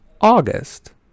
August